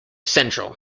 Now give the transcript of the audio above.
central